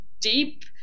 deep